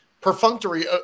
perfunctory